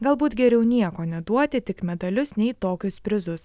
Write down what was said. galbūt geriau nieko neduoti tik medalius nei tokius prizus